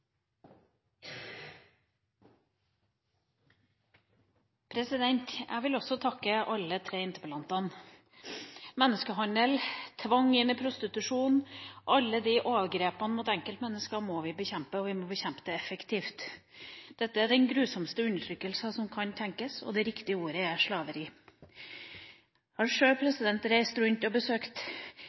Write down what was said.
verden. Jeg vil også takke alle tre interpellantene. Menneskehandel og tvang gjennom prostitusjon – alle disse overgrepene mot enkeltmenneskene – må vi bekjempe, og vi må bekjempe dem effektivt. Dette er den grusomste form for undertrykkelse som kan tenkes, og det riktige ordet er slaveri. Jeg har sjøl reist rundt og besøkt